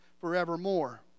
forevermore